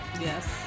Yes